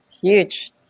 huge